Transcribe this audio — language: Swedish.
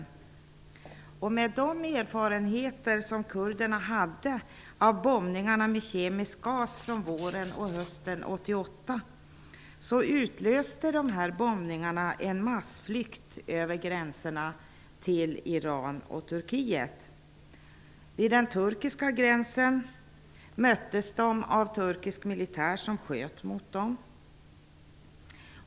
Med de erfarenheter från våren och hösten 1988 som kurderna hade av bombningar med kemisk gas utlöste dessa bombningar en massflykt över gränserna till Iran och Turkiet. Vid den turkiska gränsen möttes flyktingarna av turkisk militär som sköt mot dem.